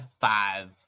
five